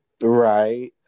Right